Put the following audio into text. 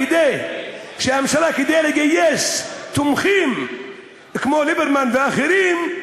כדי לגייס תומכים כמו ליברמן ואחרים,